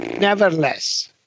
Nevertheless